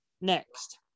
Next